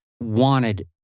wanted